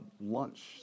lunch